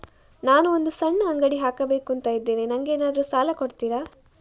ನಾನು ಒಂದು ಸಣ್ಣ ಅಂಗಡಿ ಹಾಕಬೇಕುಂತ ಇದ್ದೇನೆ ನಂಗೇನಾದ್ರು ಸಾಲ ಕೊಡ್ತೀರಾ?